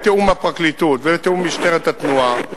בתיאום עם הפרקליטות ומשטרת התנועה,